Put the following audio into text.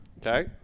Okay